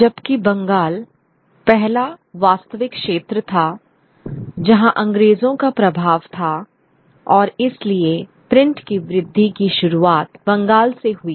जबकि बंगाल पहला वास्तविक क्षेत्र था जहां अंग्रेजों का प्रभाव था और इसलिए प्रिंट की वृद्धि की शुरुआत बंगाल से हुई